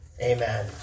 amen